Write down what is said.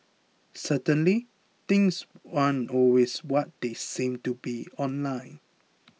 certainly things aren't always what they seem to be online